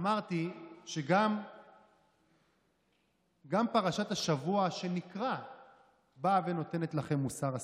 ואמרתי שגם פרשת השבוע שנקרא באה ונותנת לכם מוסר השכל: